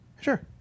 Sure